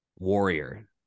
warrior